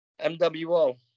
MWO